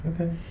Okay